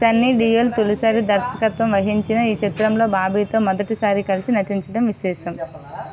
సన్నీ డియోల్ తొలిసారి దర్శకత్వం వహించిన ఈ చిత్రంలో బాబీతో మొదటి సారి కలిసి నటించడం విశేషం